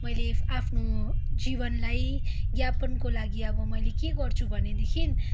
मैले आफ्नो जीवनलाई यापनको लागि अब मैले के गर्छु भनेदेखि